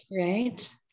Right